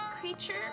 creature